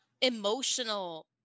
emotional